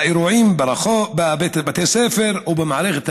באירועים בבתי ספר או במערכת הבריאות.